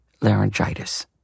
laryngitis